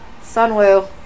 Sunwoo